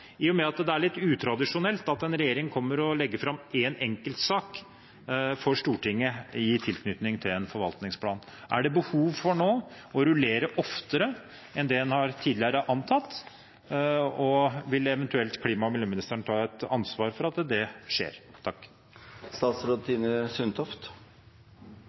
i og med at det er litt utradisjonelt at en regjering kommer og legger fram en enkeltsak for Stortinget i tilknytning til en forvaltningsplan? Er det behov for nå å rullere oftere enn det en tidligere har antatt? Og vil eventuelt klima- og miljøministeren ta et ansvar for at det skjer?